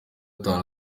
gatatu